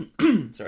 Sorry